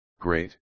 great